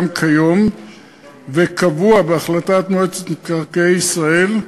כיום וקבוע בהחלטת מועצת מקרקעי ישראל,